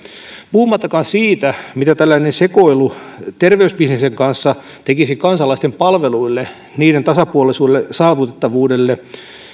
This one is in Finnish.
puhumattakaan siitä mitä tällainen sekoilu terveyspiirien kanssa tekisi kansalaisten palveluille niiden tasapuolisuudelle saavutettavuudelle